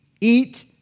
eat